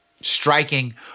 striking